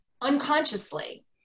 unconsciously